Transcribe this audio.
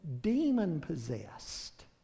demon-possessed